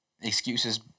excuses